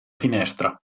finestra